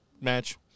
match